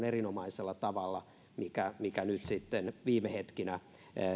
erinomaisella tavalla myös tämän tarkastelun mikä nyt sitten viime hetkinä